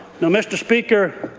now, mr. speaker,